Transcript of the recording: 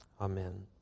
amen